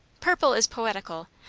purple is poetical.